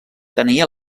tenia